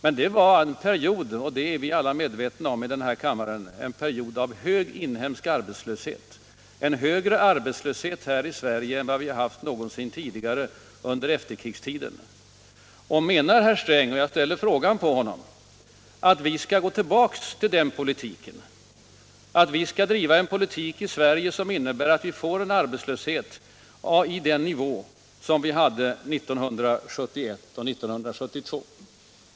Men det var — det är vi alla medvetna om här i kammaren — en period av hög inhemsk arbetslöshet, en högre arbetslöshet här i Sverige än vad vi har haft någonsin tidigare under efterkrigstiden. Menar herr Sträng — jag ställer frågan till honom — att vi skall gå tillbaka till den politiken, att vi skall driva en politik i Sverige som innebär att vi får en arbetslöshet i nivå med den som vi hade 1971 och 1972?